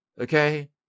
Okay